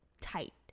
tight